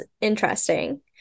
interesting